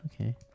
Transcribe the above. okay